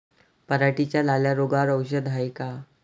पराटीच्या लाल्या रोगावर औषध हाये का?